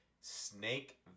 Snake